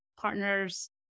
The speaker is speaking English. partners